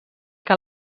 que